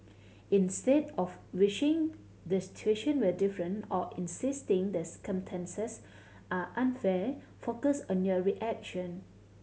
instead of wishing the situation were different or insisting the circumstances are unfair focus on your reaction